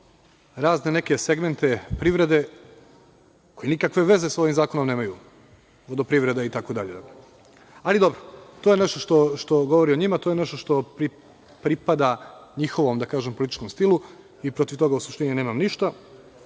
razne neke segmente privrede koji nikakve veze sa ovim zakonom nemaju, vodoprivreda itd. Ali, dobro, to je nešto što govori o njima. To je nešto što pripada njihovom političkom stilu i protiv toga u suštini nemam ništa,